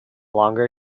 longer